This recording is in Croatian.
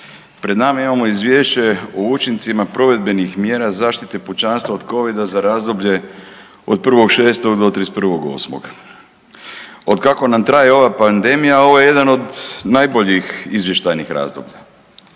Pred nama imamo Izvješće o učincima provedbenih mjera zaštite pučanstva od Covid-a za razdoblje od 1. 6. do 31. 8. Od kako nam traje ova pandemija ovo je jedan od najboljih izvještajnih razdoblja